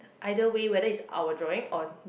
either way whether is our drawing or